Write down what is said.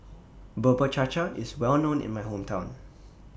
Bubur Cha Cha IS Well known in My Hometown